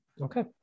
okay